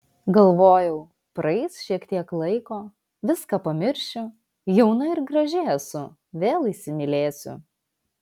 galvojau praeis šiek tiek laiko viską pamiršiu jauna ir graži esu vėl įsimylėsiu